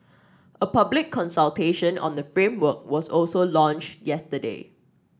a public consultation on the framework was also launched yesterday